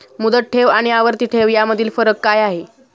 मुदत ठेव आणि आवर्ती ठेव यामधील फरक काय आहे?